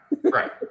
right